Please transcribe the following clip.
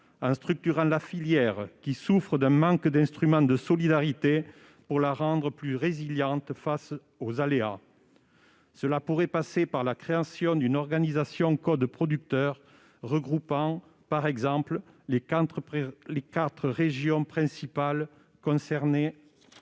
en structurant la filière, qui souffre d'un manque d'instruments de solidarité, pour la rendre plus résiliente face aux aléas. Cela pourrait passer par la création d'une organisation de producteurs regroupant, par exemple, les quatre régions principales concernées. Le